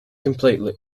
completely